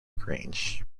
grange